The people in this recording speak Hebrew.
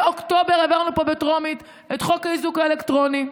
באוקטובר העברנו פה בטרומית את חוק האיזוק האלקטרוני,